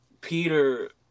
Peter